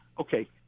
okay